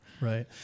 Right